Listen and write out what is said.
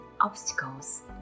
obstacles